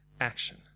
action